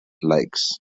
lakes